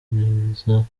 musenyeri